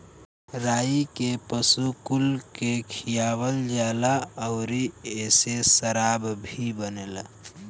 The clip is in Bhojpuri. राई के पशु कुल के खियावल जाला अउरी एसे शराब भी बनेला